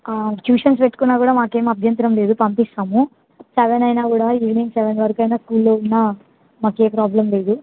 tuitions పెట్టుకున్నా కూడా మాకేం అభ్యంతరం లేదు పంపిస్తాము సెవెన్ అయినా కూడా ఈవెనింగ్ సెవెన్ వరకు అయినా స్కూల్లో ఉన్నా మాకే ప్రాబ్లమ్ లేదు